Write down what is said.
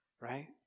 right